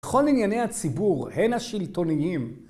בכל ענייני הציבור הן השלטוניים